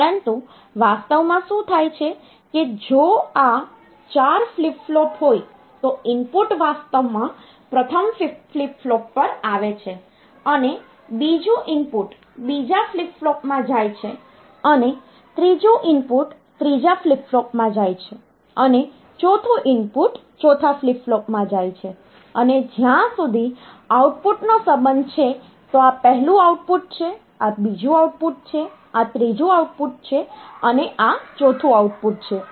પરંતુ વાસ્તવમાં શું થાય છે કે જો આ 4 ફ્લિપ ફ્લોપ હોય તો ઇનપુટ વાસ્તવમાં પ્રથમ ફ્લિપ ફ્લોપ પર આવે છે અને બીજું ઇનપુટ બીજા ફ્લિપ ફ્લોપમાં જાય છે અને ત્રીજું ઇનપુટ ત્રીજા ફ્લિપ ફ્લોપમાં જાય છે અને ચોથું ઇનપુટ ચોથા ફ્લિપ ફ્લોપમાં જાય છે અને જ્યાં સુધી આઉટપુટનો સંબંધ છે તો આ પહેલું આઉટપુટ છે આ બીજું આઉટપુટ છે આ ત્રીજું આઉટપુટ છે અને આ ચોથું આઉટપુટ છે